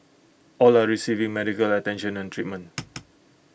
all are receiving medical attention and treatment